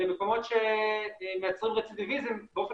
אלה מקומות שמייצרים רצידיוויזם באופן